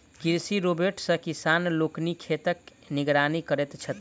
कृषि रोबोट सॅ किसान लोकनि खेतक निगरानी करैत छथि